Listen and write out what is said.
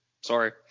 Sorry